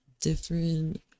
different